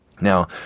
Now